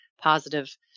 positive